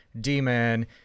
demon